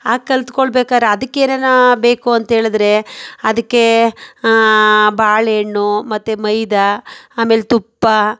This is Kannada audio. ಹಾಗೆ ಕಲಿತ್ಕೊಳ್ಬೇಕಾದ್ರೆ ಅದಕ್ಕೆನೇನಾ ಬೇಕು ಅಂಥೇಳಿದ್ರೆ ಅದಕ್ಕೆ ಬಾಳೆಹಣ್ಣು ಮತ್ತು ಮೈದಾ ಆಮೇಲೆ ತುಪ್ಪ